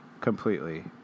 completely